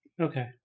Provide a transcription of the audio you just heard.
Okay